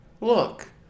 look